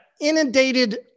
Inundated